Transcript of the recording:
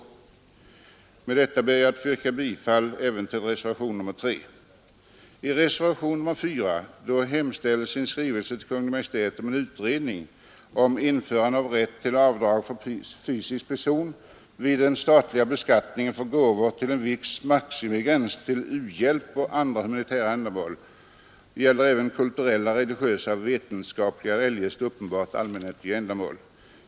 Jag ber med denna motivering att få yrka bifall även till reservationen 3. I reservationen 4 hemställs att riksdagen i skrivelse till Kungl. Maj:t begär utredning om införande av rätt till avdrag för fysiska personer vid den statliga inkomstbeskattningen för gåvor upp till en viss maximigräns till u-hjälp och andra humanitära ändamål samt till kulturella, religiösa, vetenskapliga eller eljest uppenbart allmännyttiga ändamål.